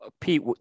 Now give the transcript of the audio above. Pete